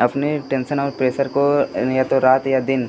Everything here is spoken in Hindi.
अपने टेंसन या प्रेसर को या तो रात या दिन